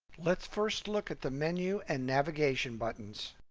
let's first look at the menu and navigation buttons.